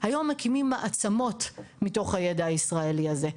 היום מקימים מעצמות מתוך הידע הישראלי הזה,